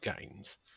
games